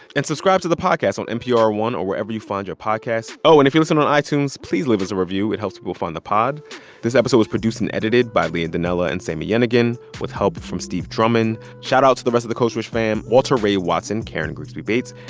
and subscribe to the podcast on npr one or wherever you find your podcasts. oh, and if you listen on itunes, please leave us a review, it helps people find the pod this episode was produced and edited by leah donnella and sami yenigun with help from steve drummond. shoutout to the rest of the code switch fam walter ray watson, karen grigsby bates,